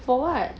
for what